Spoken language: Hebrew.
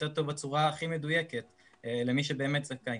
לתת אותו בצורה הכי מדויקת למי שבאמת זכאי.